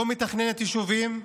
לא מתכננת יישובים,